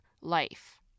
life